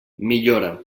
millora